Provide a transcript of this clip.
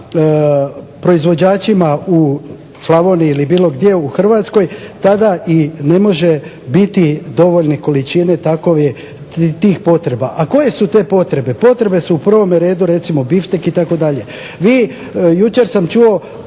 proizvođačima u Slavoniji ili bilo gdje u Hrvatskoj tada i ne može biti dovoljne količine tih potreba. A koje su to potrebe? Potrebe su u prvome redu recimo biftek itd. Vi, jučer sam čuo